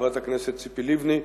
חברת הכנסת ציפי לבני,